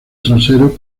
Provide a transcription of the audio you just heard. trasero